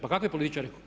Pa kakve političare?